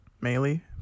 Melee